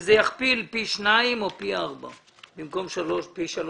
זה יכפיל פי שניים או פי ארבע,